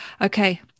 Okay